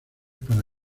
para